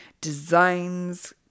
designs